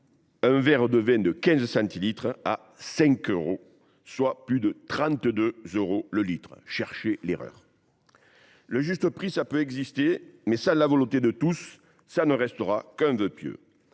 un verre de quinze centilitres à 5 euros, soit plus de 32 euros le litre ! Cherchez l’erreur… Le juste prix peut exister, mais sans la volonté de tous, il ne restera qu’un vœu pieux.